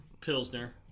Pilsner